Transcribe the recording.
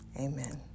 Amen